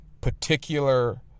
particular